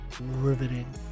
riveting